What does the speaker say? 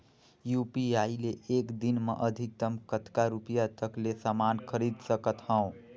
UPI ले एक दिन म अधिकतम कतका रुपिया तक ले समान खरीद सकत हवं?